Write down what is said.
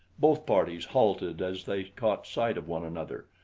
both parties halted as they caught sight of one another.